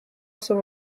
some